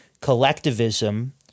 collectivism